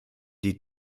die